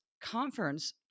conference